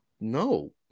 No